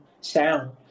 sound